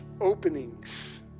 openings